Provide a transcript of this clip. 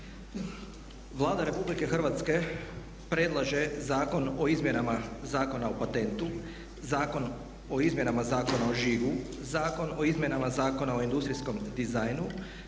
Vlada Republike Hrvatske predlaže zakon o izmjenama Zakona o patentu, zakon o izmjenama Zakona o žigu, zakon o izmjenama Zakona o industrijskom dizajnu,